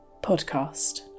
podcast